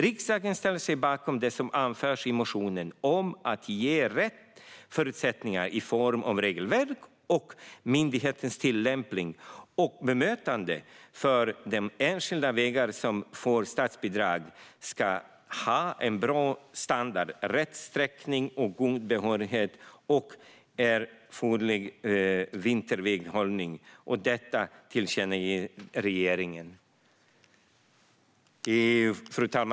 "Riksdagen ställer sig bakom det som anförs i motionen om att ge rätt förutsättningar i form av regelverk och myndigheternas tillämpning och bemötande för att de enskilda vägar som får statsbidrag ska ha en bra standard, rätt sträckning, god bärighet och erforderlig vinterväghållning, och detta tillkännager riksdagen för regeringen."